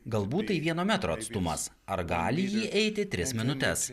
galbūt tai vieno metro atstumas ar gali jį eiti tris minutes